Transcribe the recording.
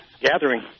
gathering